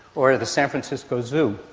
or the san francisco zoo,